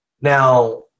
Now